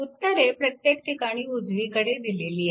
उत्तरे प्रत्येक ठिकाणी उजवीकडे दिलेली आहेत